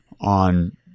on